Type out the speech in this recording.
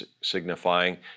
signifying